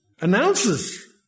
announces